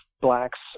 blacks